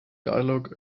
dialogue